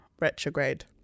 Retrograde